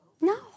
No